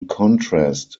contrast